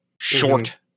short